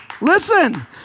Listen